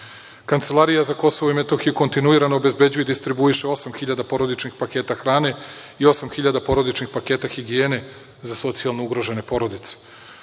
Srbije. Kancelarija za Kosovo i Metohiju kontinuirano obezbeđuje i distribuira 8.000 porodičnih paketa hrane i 8.000 porodičnih paketa higijene za socijalno ugrožene porodice.